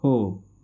हो